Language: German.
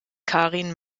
karin